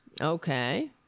okay